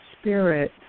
spirit